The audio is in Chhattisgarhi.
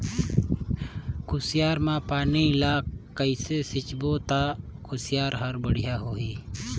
कुसियार मा पानी ला कइसे सिंचबो ता कुसियार हर बेडिया होही?